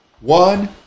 one